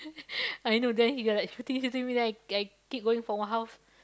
I know then he got like shooting shooting me then I I keep going from one house